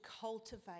cultivate